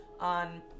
on